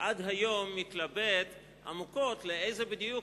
שעד היום אני מתלבט עמוקות לאיזו בדיוק